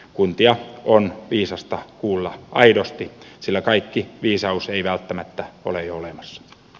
kuntia on viisasta kuulla aidosti sillä kaikki viisaus ei välttämättä ole jo olemassa